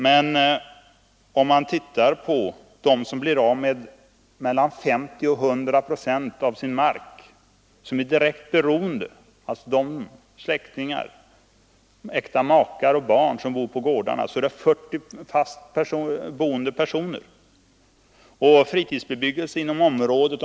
Men de som är direkt beroende av sin mark och som nu blir av med mellan 50 och 100 procent av den uppgår till omkring 40 bofasta personer — med släktingar, äkta makar och barn som bor på gårdarna. Vi har också gjort en beräkning av hur många som bor i fritidsbebyggelsen inom området.